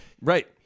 Right